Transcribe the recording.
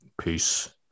Peace